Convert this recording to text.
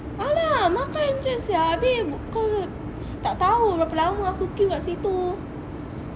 ah lah makan jer sia abeh kau tak tahu berapa lama aku queue kat situ